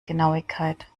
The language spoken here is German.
genauigkeit